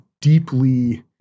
deeply